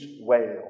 whale